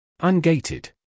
Ungated